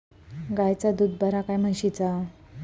गायचा दूध बरा काय म्हशीचा?